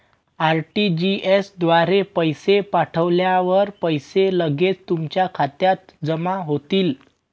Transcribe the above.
RTGS द्वारे पैसे पाठवल्यावर पैसे लगेच तुमच्या खात्यात जमा होतील